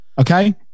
okay